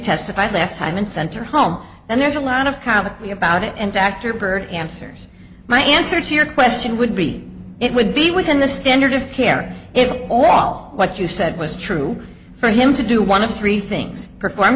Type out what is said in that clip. testified last time in center home and there's a lot of comically about it and actor burt answers my answer to your question would be it would be within the standard of care if all what you said was true for him to do one of three things perform